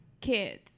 Kids